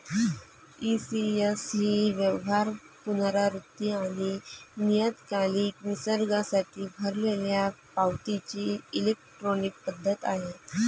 ECS ही व्यवहार, पुनरावृत्ती आणि नियतकालिक निसर्गासाठी भरलेल्या पावतीची इलेक्ट्रॉनिक पद्धत आहे